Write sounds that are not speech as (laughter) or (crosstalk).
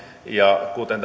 kuten (unintelligible)